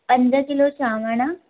पंज किलो चांवर